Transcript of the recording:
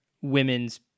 women's